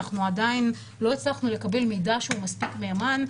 עדיין לא הצלחנו לקבל מידע שהוא מספיק מהימן,